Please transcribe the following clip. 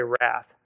wrath